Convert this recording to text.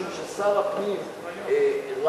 משום ששר הפנים ראה,